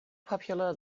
popular